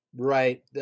Right